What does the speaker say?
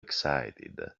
excited